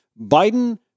Biden